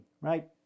Right